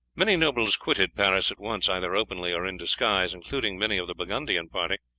many nobles quitted paris at once, either openly or in disguise, including many of the burgundian party,